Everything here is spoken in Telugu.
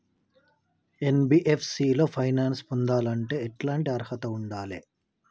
ఎన్.బి.ఎఫ్.సి లో ఫైనాన్స్ పొందాలంటే ఎట్లాంటి అర్హత ఉండాలే?